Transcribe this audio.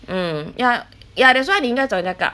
mm ya ya that's why 你应该找人家 gub